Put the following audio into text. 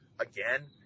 again